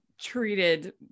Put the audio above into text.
treated